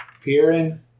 Peering